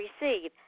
receive